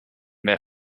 their